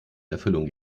erfüllung